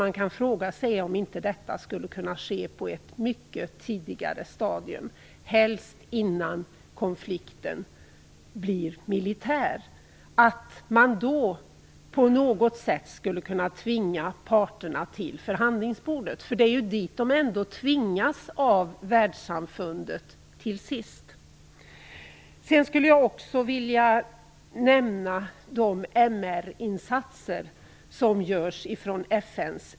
Man kan fråga sig om inte detta skulle kunna ske på ett mycket tidigare stadium, helst innan konflikten blir militär. På något sätt skulle man kunna tvinga parterna till förhandlingsbordet redan då. Det är dit de till sist ändå tvingas av världssamfundet. Sedan skulle jag också vilja nämna de MR insatser som FN gör.